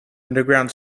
underground